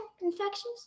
infectious